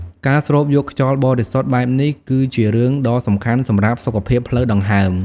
ការស្រូបយកខ្យល់បរិសុទ្ធបែបនេះគឺជារឿងដ៏សំខាន់សម្រាប់សុខភាពផ្លូវដង្ហើម។